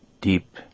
deep